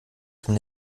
zum